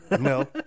No